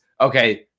okay